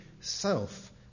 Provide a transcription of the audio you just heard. self